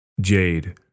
Jade